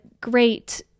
great